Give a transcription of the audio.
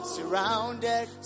Surrounded